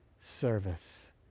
service